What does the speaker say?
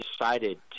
decided